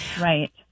Right